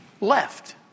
left